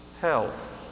health